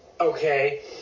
Okay